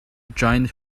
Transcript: giant